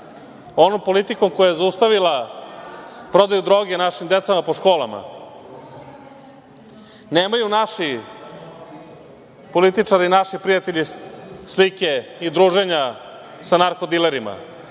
onom politikom koja je zaustavila prodaju droge našoj deci po školama. Nemaju naši političari, naši prijatelji slike i druženja sa narko dilerima,